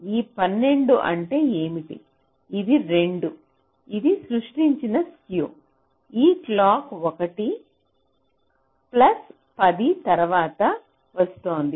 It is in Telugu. ఆ 12 అంటే ఏమిటి ఇది 2 ఇది సృష్టించిన స్క్యూ ఈ క్లాక్ 1 ఆ ప్లస్ 10 తర్వాత వస్తోంది